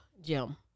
Jim